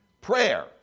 Prayer